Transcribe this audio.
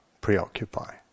preoccupy